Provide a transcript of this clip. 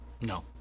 No